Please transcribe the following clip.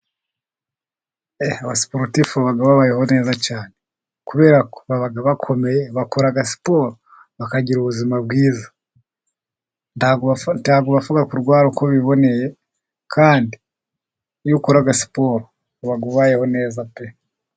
Abasiporutifu babayeho neza cyane ,kubera ko baba bakomeye ,bakora bakagira ubuzima bwiza ntabwo bashobora kurwara uko biboneye , kandi iyo ukora siporo uba wabayeho pe.